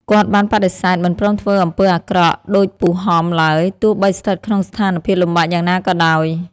គាត់បានបដិសេធមិនព្រមធ្វើអំពើអាក្រក់ដូចពូហំឡើយ ទោះបីស្ថិតក្នុងស្ថានភាពលំបាកយ៉ាងណាក៏ដោយ។